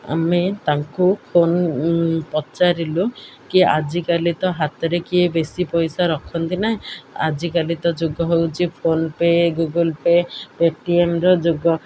ଆମେ ତାଙ୍କୁ ଫୋନ୍ ପଚାରିଲୁ କି ଆଜିକାଲି ତ ହାତରେ କିଏ ବେଶୀ ପଇସା ରଖନ୍ତିନାହିଁ ଆଜିକାଲି ତ ଯୋଗ ହଉଚି ଫୋନ୍ପେ ଗୁଗୁଲ୍ ପେ ପେଟିଏମ୍ର ଯୁଗ